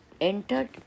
entered